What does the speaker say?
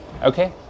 okay